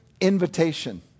invitation